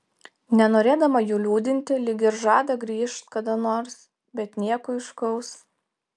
nenorėdama jų liūdinti lyg ir žada grįžt kada nors bet nieko aiškaus